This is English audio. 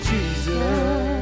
Jesus